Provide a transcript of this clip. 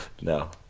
no